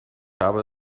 habe